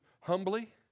Humbly